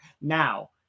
now